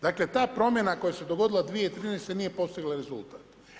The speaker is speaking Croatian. Dakle ta promjena koja se dogodila 2013. nije postigla rezultat.